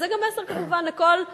וזה גם מסר, כמובן, לכל אדם,